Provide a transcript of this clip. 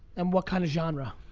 and what kind of genre?